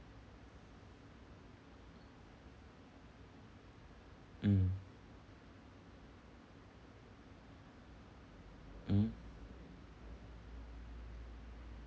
mm mm